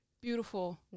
beautiful